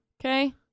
Okay